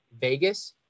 Vegas